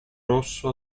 rosso